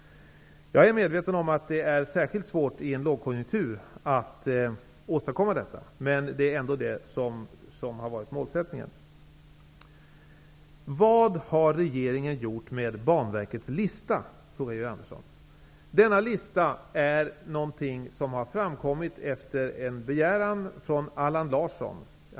Jag är medveten om att det är särskilt svårt att åstadkomma detta i en lågkonjunktur. Men det är det som har varit målsättningen. Georg Andersson frågade vad regeringen har gjort med Banverkets lista. Denna lista har tagits fram efter en begäran av Allan Larsson.